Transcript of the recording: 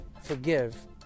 forgive